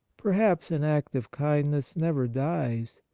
perhaps an act of kindness never dies,